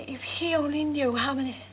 if he only knew how many